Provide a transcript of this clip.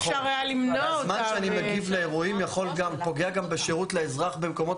הזמן שאני מגיב לאירועים פוגע גם בשירות לאזרח במקומות